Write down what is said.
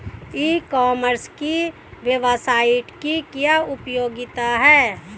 ई commerce की website की क्या उपयोगिता है?